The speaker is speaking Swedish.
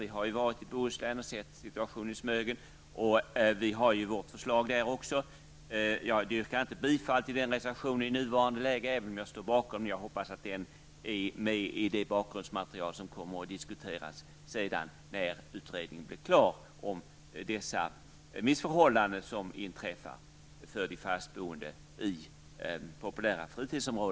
Vi har varit i Bohuslän och sett situationen i Smögen. Vi har ett förslag även på den punkten. Jag yrkar i nuvarande läge inte bifall till den reservationen, även om jag står bakom den. Jag hoppas att skildringen av de missförhållanden som drabbar de fast boende i populära fritidsområden finns med i det bakgrundsmaterial som kommer att diskuteras när utredningen blir klar.